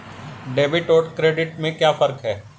Debit और credit में क्या फर्क है?